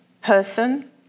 person